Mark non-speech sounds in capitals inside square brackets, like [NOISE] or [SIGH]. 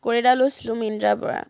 [UNINTELLIGIBLE] লৈছিলো মিনট্ৰা পৰা